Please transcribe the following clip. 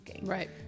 right